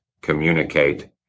communicate